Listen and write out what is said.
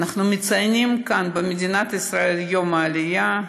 מציינת כאן במדינת ישראל את יום העלייה,